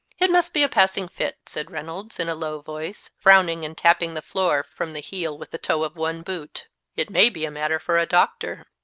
it must be a passing fit, said reynolds, in a low voice, frowning, and tapping the floor from the heel with the toe of one boot it may be a matter for a doctor.